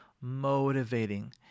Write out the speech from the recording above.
motivating